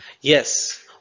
Yes